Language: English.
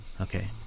okay